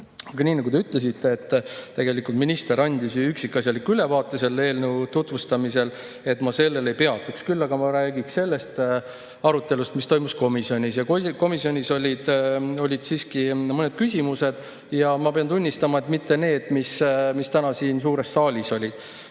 Nii nagu te ütlesite, minister andis üksikasjaliku ülevaate selle eelnõu tutvustamisel, seega ma sellel ei peatuks. Küll aga ma räägiksin sellest arutelust, mis toimus komisjonis. Komisjonis olid siiski mõned küsimused ja ma pean tunnistama, et mitte need, mis täna siin suures saalis olid.